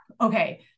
Okay